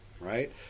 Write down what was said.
Right